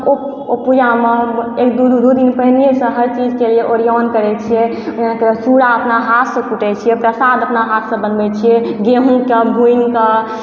ओ पूजा मे एक दू दिन पहिने सॅं हर चीज के लिए ओरिआन करै छियै चूरा अपना हाथ सॅं कूटै छियै प्रसाद अपना हाथ सॅं बनबै छियै गेहूँ के भूनिके